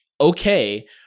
okay